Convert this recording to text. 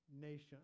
nation